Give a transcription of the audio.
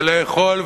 ולאכול,